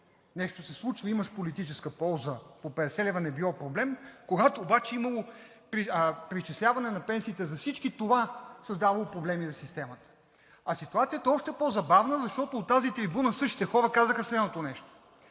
нещо се случва и имаш политическа полза – 50 лв. не било проблем, а когато обаче има преизчисляване на всички пенсии, това създава проблеми за системата. Ситуацията е още по-забавна, защото от тази трибуна същите хора казаха следното нещо: